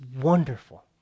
wonderful